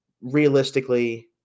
realistically